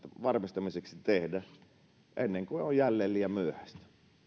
varmistamiseksi tehdä ennen kuin on jälleen liian myöhäistä